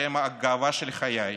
שהן הגאווה של חיי,